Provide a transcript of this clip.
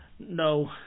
No